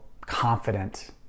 confident